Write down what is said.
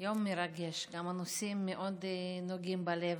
יום מרגש, גם נושאים מאוד נוגעים ללב.